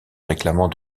réclamant